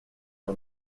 our